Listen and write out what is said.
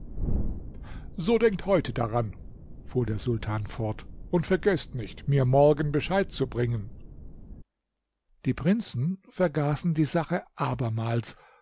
so denkt heute daran fuhr der sultan fort und vergeßt nicht mir morgen bescheid zu bringen die prinzen vergaßen die sache abermals